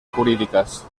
jurídicas